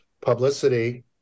publicity